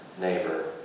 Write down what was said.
neighbor